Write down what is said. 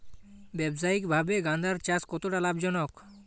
ব্যবসায়িকভাবে গাঁদার চাষ কতটা লাভজনক?